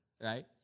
Right